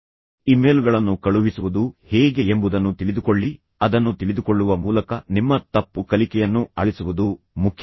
ಇಮೇಲ್ಗಳನ್ನು ಕಳುಹಿಸುವುದು ಹೇಗೆ ಎಂಬುದನ್ನು ತಿಳಿದುಕೊಳ್ಳಿ ಅದನ್ನು ತಿಳಿದುಕೊಳ್ಳುವ ಮೂಲಕ ನಿಮ್ಮ ತಪ್ಪು ಕಲಿಕೆಯನ್ನು ಅಳಿಸುವುದು ಮುಖ್ಯವಾಗಿದೆ